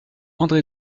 andré